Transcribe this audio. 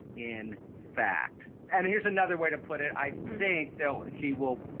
in fact and here's another way to put it. i think, though, he will.